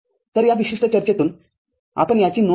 तर या विशिष्ट चर्चेतून आपण याची नोंद घेतो